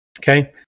okay